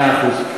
מאה אחוז.